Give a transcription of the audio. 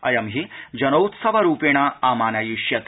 अयं हि जनोत्सवरूपेण आमानयिष्यते